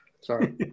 Sorry